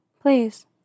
Please